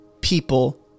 people